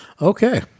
Okay